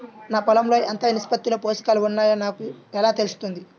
నా పొలం లో ఎంత నిష్పత్తిలో పోషకాలు వున్నాయో నాకు ఎలా తెలుస్తుంది?